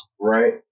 right